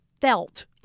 felt